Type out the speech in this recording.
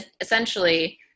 essentially